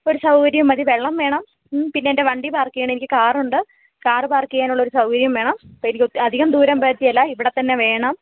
ഒരു സൗകര്യം മതി വെള്ളം വേണം പിന്നെ എൻ്റെ വണ്ടി പാർക്ക് ചെയ്യണം എനിക്ക് കാറുണ്ട് കാർ പാർക്ക് ചെയ്യാനുള്ള ഒരു സൗകര്യം വേണം ഇപ്പം എനിക്ക് അധികം ദൂരം പറ്റുകയില്ല ഇവിടെത്തന്നെ വേണം